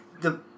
the-